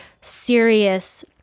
serious